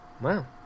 wow